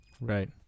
Right